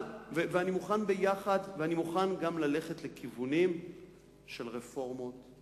אני גם מוכן ללכת לכיוונים של רפורמות.